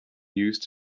used